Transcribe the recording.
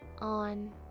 on